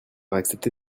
accepter